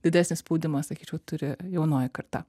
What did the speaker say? didesnį spaudimą sakyčiau turi jaunoji karta